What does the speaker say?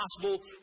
possible